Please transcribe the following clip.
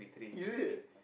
ya